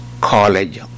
college